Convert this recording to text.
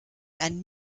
einen